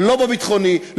לא בביטחוני,